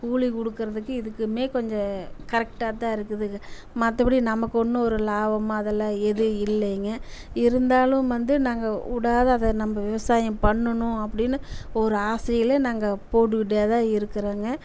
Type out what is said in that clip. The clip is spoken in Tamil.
கூலி கொடுக்குறதுக்கே இதுக்குமே கொஞ்சம் கரெக்டாக தான் இருக்குது மற்றபடி நமக்கு ஒன்றும் லாபம் அதெல்லாம் எதுவும் இல்லைங்க இருந்தாலும் வந்து நாங்கள் விடாத அதை நம்ம விவசாயம் பண்ணணும் அப்படினு ஒரு ஆசையில் நாங்கள் போட்டுக்கிட்டே தான் இருக்கிறோங்க